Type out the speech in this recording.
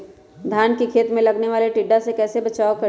धान के खेत मे लगने वाले टिड्डा से कैसे बचाओ करें?